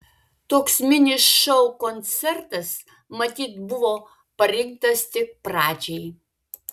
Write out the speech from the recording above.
toks mini šou koncertas matyt buvo parinktas tik pradžiai